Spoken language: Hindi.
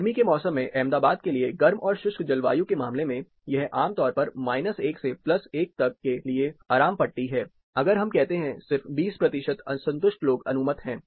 गर्मी के मौसम में अहमदाबाद के लिए गर्म और शुष्क जलवायु के मामले में यह आमतौर पर 1 से 1 तक के लिए एक आराम पट्टी है अगर हम कहते हैं सिर्फ 20 प्रतिशत असंतुष्ट लोग अनुमत हैं